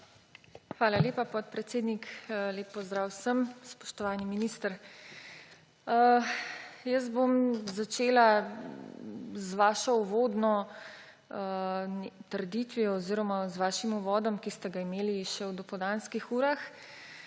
Hvala lepa, podpredsednik. Lep pozdrav vsem! Spoštovani minister! Začela bom z vašo uvodno trditvijo oziroma z vašim uvodom, ki ste ga imeli še v dopoldanskih urah.